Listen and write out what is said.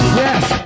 yes